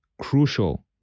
crucial